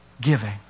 giving